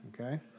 okay